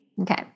Okay